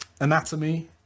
anatomy